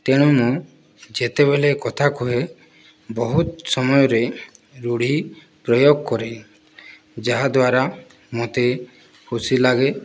ତେଣୁ ମୁଁ ଯେତେବେଳେ କଥା କହେ ବହୁତ ସମୟରେ ରୂଢ଼ି ପ୍ରୟୋଗ କରେ ଯାହାଦ୍ୱାରା ମୋତେ ଖୁସି ଲାଗେ